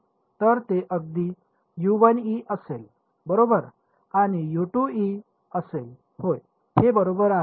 तर हे अगदी असेल बरोबर आणि असेल होय हे बरोबर आहे